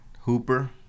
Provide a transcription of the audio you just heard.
Hooper